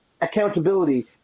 accountability